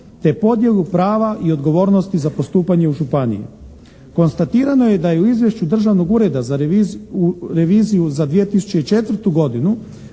te podjelu prava i odgovornosti za postupanje u županiji. Konstatirano je da je u Izvješću državnog ureda za reviziju za 2004. godinu